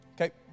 Okay